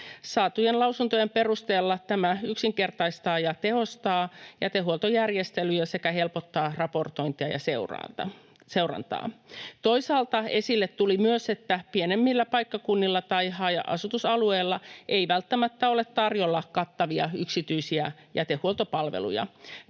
Saatujen lausuntojen perusteella tämä yksinkertaistaa ja tehostaa jätehuoltojärjestelyjä sekä helpottaa raportointia ja seurantaa. Toisaalta esille tuli myös, että pienemmillä paikkakunnilla tai haja-asutusalueilla ei välttämättä ole tarjolla kattavia yksityisiä jätehuoltopalveluja.